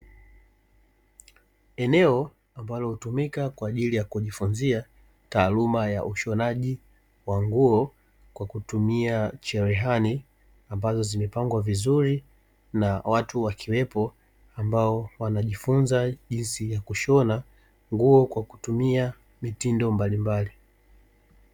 Eneo linalotumika kwa ajili ya kujifunzia taaluma ya ushonaji wa nguo, kwa kutumia cherehani ambazo zimepangwa vizuri na watu wakiwepo, ambao wanajifunza jinsi ya kushona nguo kwa kutumia mitindo mbalimbali.